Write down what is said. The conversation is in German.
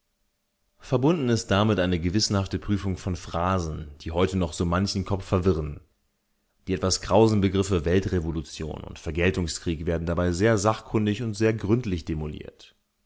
verbunden ist damit eine gewissenhafte prüfung von phrasen die heute noch so manchen kopf verwirren die etwas krausen begriffe weltrevolution und vergeltungskrieg werden dabei sehr sachkundig und sehr gründlich demoliert